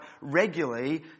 regularly